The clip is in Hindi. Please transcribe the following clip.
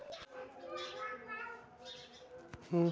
लाल चावल की सबसे अच्छी किश्त की उपज कौन सी है?